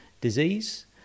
disease